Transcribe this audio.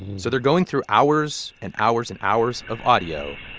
so they're going through hours and hours and hours of audio